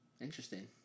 Interesting